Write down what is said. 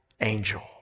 Angel